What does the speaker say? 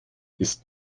ist